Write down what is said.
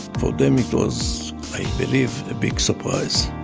for them it was, i believe, a big surprise.